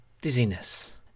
dizziness